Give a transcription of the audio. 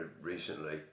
recently